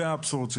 זה האבסורד,